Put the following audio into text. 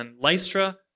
Lystra